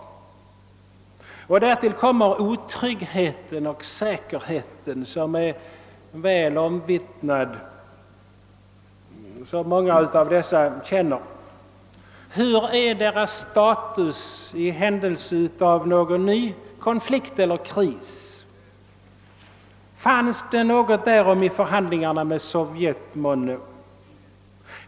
Därtill kommer den otrygghet och osäkerhet som många av dessa känner enligt vad som är väl omvittnat. Hur är deras status i händelse av någon ny konflikt eller kris? Fanns det något om det i förhandlingarna med Sovjet?